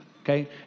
okay